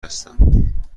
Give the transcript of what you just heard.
هستم